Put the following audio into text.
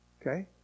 Okay